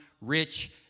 rich